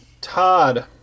Todd